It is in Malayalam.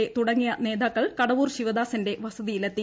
എ തുടങ്ങിയ നേതാക്കൾ കടവൂർ ശിവദാസന്റെ വസതിയിലെത്തി